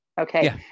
Okay